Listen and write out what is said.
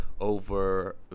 over